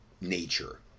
nature